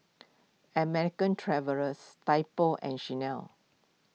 American Travellers Typo and Chanel